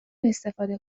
استفاده